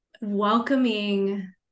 welcoming